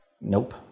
Nope